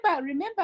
remember